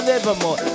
Nevermore